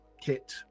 kit